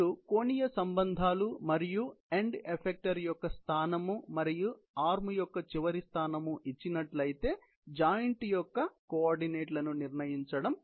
మరియు కోణీయ సంబంధాలు మరియు ఎండ్ ఎఫెక్టర్ యొక్క స్థానం మరియు ఆర్మ్ యొక్క చివరి స్థానం ఇచ్చినట్లయితే జాయింట్ యొక్క కోఆర్డినేట్లను నిర్ణయించడం